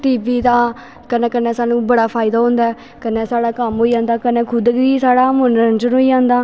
T V दा कन्नै कन्नै सानूं बड़ा फायदा होंदा ऐ कन्नै साढ़ा कम्म होई जंदा कन्नै खुद बी साढ़ा मनोरंजन होई जंदा